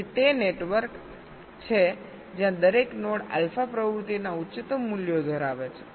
તેથી તે નેટવર્ક છે જ્યાં દરેક નોડ આલ્ફા પ્રવૃત્તિના ઉચ્ચતમ મૂલ્યો ધરાવે છે